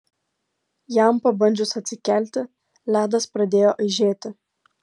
jam pabandžius atsikelti ledas pradėjo aižėti